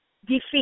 defeat